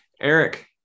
Eric